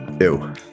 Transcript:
Ew